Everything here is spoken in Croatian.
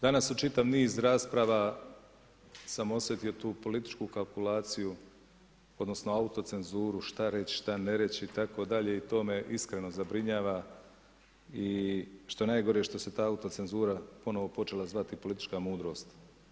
Danas u čitav niz rasprava sam osjetio tu političku kalkulaciju, odnosno autocenzuru šta reć, šta ne reć itd. i to me iskreno zabrinjava i što je najgore što se ta autocenzura ponovo počela zvat i politička mudrost.